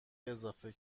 اضافه